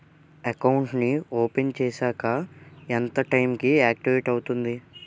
Account నీ open చేశాక ఎంత టైం కి ఆక్టివేట్ అవుతుంది?